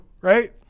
Right